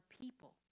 people